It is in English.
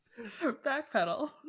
backpedal